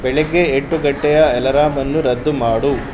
ಬೆಳಗ್ಗೆ ಎಂಟು ಗಂಟೆಯ ಅಲಾರಾಮನ್ನು ರದ್ದು ಮಾಡು